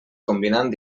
combinant